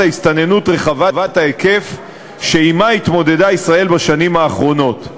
ההסתננות רחבת ההיקף שעמה התמודדה ישראל בשנים האחרונות.